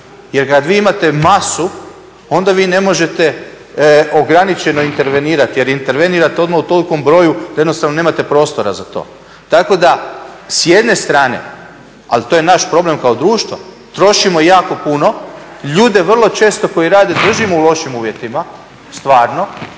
jer kad vi imate masu, onda vi ne možete ograničeno intervenirati jer intervenirate odmah u tolikom broju da jednostavno nemate prostora za to. Tako da, s jedne strane, ali to je naš problem kao društva, trošimo jako puno, ljude vrlo često koji rade držimo u lošim uvjetima, stvarno,